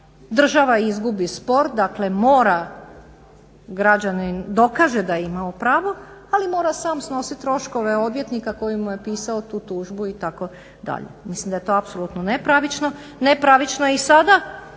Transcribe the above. država izgubi spor, dakle mora građanin dokaže da je imao pravo ali mora sam snositi troškove odvjetnika koji mu je pisao tu tužbu itd. Mislim da je to apsolutno nepravično. Nepravično je i sada